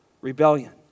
Rebellion